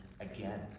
again